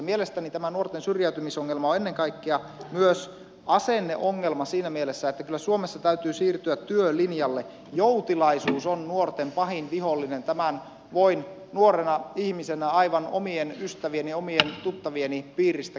mielestäni tämä nuorten syrjäytymisongelma on ennen kaikkea myös asenneongelma siinä mielessä että kyllä suomessa täytyy siirtyä työlinjalle joutilaisuus on nuorten pahin vihollinen tämän voin nuorena ihmisenä aivan omien ystävieni ja omien tuttavieni piiristä kertoa